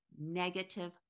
negative